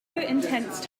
intense